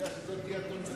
יודע שזאת תהיה התוצאה.